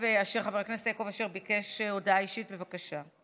חבר הכנסת יעקב אשר ביקש הודעה אישית, בבקשה.